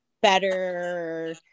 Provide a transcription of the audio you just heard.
better